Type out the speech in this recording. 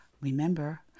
Remember